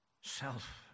Self